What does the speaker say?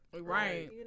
Right